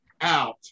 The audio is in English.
out